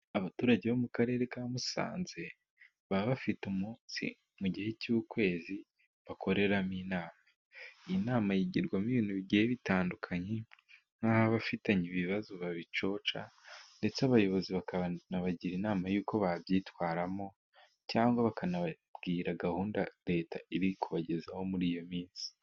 Abaturage bo mu karere ka Musanze baba bafite umunsi mu gihe cy’ukwezi bakoreramo inama. Iyi nama yigirwamo ibintu bigiye bitandukanye, nk’aho abafitanye ibibazo babicoca, ndetse abayobozi bakanabagira inama y’uko babyitwaramo, cyangwa bakanababwira gahunda leta iri kubagezaho muri iyo minsi.